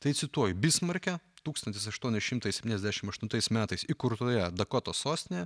tai cituoju bismarke tūkstantis aštuoni šimtai septyniasdešimt aštuntais metais įkurtoje dakotos sostinėje